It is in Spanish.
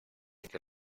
que